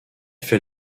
fait